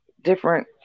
different